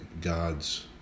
God's